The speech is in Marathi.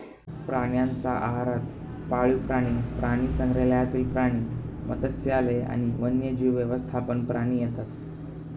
प्राण्यांच्या आहारात पाळीव प्राणी, प्राणीसंग्रहालयातील प्राणी, मत्स्यालय आणि वन्यजीव व्यवस्थापन प्राणी येतात